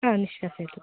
हा निष्कासयतु